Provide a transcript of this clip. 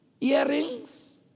earrings